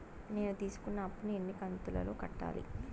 నేను తీసుకున్న అప్పు ను ఎన్ని కంతులలో కట్టాలి?